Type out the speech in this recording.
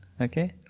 Okay